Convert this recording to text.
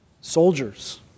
soldiers